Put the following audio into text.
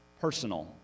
personal